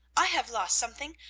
i have lost something,